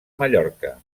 mallorca